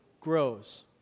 grows